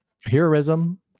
Heroism